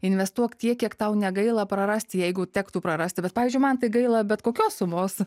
investuok tiek kiek tau negaila prarasti jeigu tektų prarasti bet pavyzdžiui man tai gaila bet kokios sumos